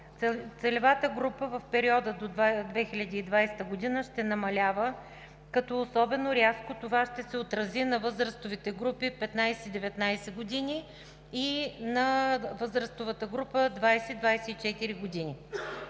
Целевата група в периода до 2020 г. ще намалява, като особено рязко това ще се отрази на възрастовите групи 15 – 19 години и на възрастовата група 20 – 24 години.